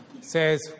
says